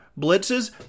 blitzes